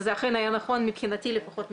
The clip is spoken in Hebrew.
וזה אכן היה נכון מבחינתי לפחות,